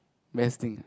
best thing